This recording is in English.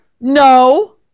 No